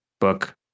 book